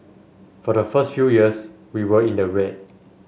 for the first few years we were in the red